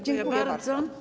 Dziękuję bardzo.